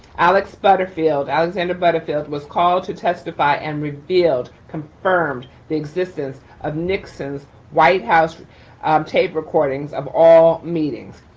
alex butterfield, alexander butterfield was called to testify and revealed, confirmed the existence of nixon's white house um tape recordings of all meetings.